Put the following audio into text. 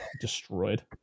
destroyed